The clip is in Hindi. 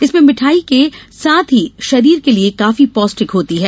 इसमें मिठास के साथ ही ये शरीर के लिए काफी पौष्टिक होती है